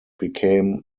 became